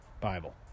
Bible